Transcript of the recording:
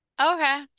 okay